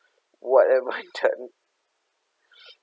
what have I done